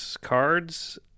cards